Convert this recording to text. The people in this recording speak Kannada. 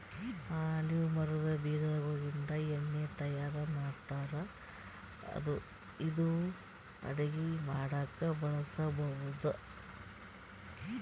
ಆಲಿವ್ ಮರದ್ ಬೀಜಾಗೋಳಿಂದ ಎಣ್ಣಿ ತಯಾರ್ ಮಾಡ್ತಾರ್ ಇದು ಅಡಗಿ ಮಾಡಕ್ಕ್ ಬಳಸ್ಬಹುದ್